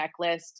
checklist